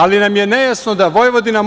Ali, nam je nejasno da Vojvodina može…